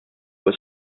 was